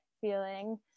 feeling